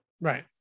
right